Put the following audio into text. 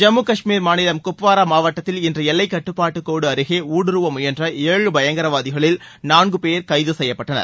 ஜம்மு கஷ்மீர் மாநிலம் குப்வாரா மாவட்டத்தில் இன்று எல்லைக்கட்டுபாட்டு கோடு அருகே ஊடுருவ முயன்ற ஏழு பயங்கரவாதிகளில் நான்கு பேர் கைது செய்யப்பட்டனர்